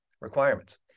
requirements